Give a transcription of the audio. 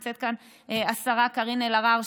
נמצאת כאן השרה קארין אלהרר,